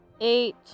Eight